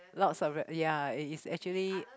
lots of rel~ ya it's actually